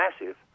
massive